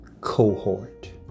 cohort